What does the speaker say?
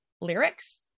lyrics